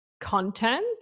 content